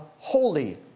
Holy